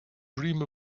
dream